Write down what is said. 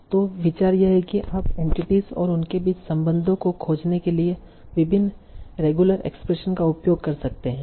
तों विचार यह है कि आप एंटिटीस और उनके बीच संबंधों को खोजने के लिए विभिन्न रेगुलर एक्सप्रेशनस का उपयोग कर सकते हैं